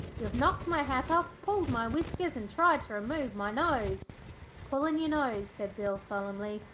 you have knocked my hat off, pulled my whiskers, and tried to remove my nose pullin your nose said bill, solemnly,